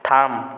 থাম